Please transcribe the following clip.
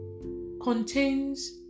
contains